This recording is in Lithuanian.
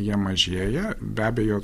jie mažėja be abejo